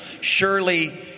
Surely